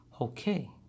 Okay